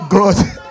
God